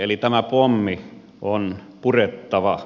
eli tämä pommi on purettava